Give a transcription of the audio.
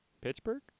Pittsburgh